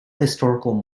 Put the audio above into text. historical